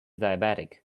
diabetic